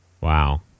Wow